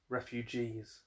Refugees